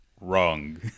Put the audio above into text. wrong